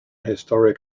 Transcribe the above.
historic